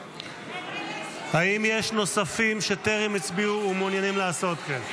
נגד האם יש נוספים שטרם הצביעו ומעוניינים לעשות כן?